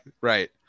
Right